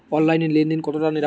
অনলাইনে লেন দেন কতটা নিরাপদ?